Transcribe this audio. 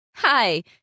Hi